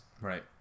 Right